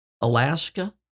Alaska